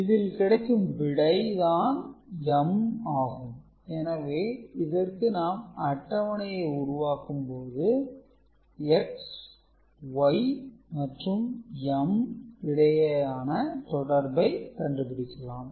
இதில் கிடைக்கும் விடை தான் m ஆகும் எனவே இதற்கு நாம் அட்டவணையை உருவாக்கும்போது x y மற்றும் m இடையான தொடர்பை கண்டுபிடிக்கலாம்